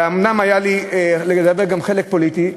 אומנם היה לי גם חלק פוליטי,